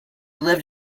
lived